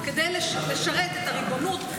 כדי לשרת את הריבונות,